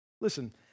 Listen